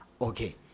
Okay